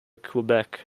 quebec